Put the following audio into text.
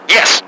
Yes